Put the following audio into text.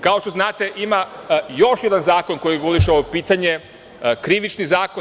Kao što znate ima još jedan zakon koji reguliše ovo pitanje Krivični zakon.